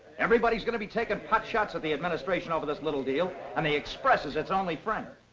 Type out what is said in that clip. everybody's gonna be taking potshots at the administration over this little deal. and the express is its only friend.